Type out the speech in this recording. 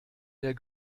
der